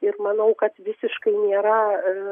ir manau kad visiškai nėra